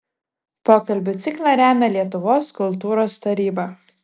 pokalbių ciklą remia lietuvos kultūros taryba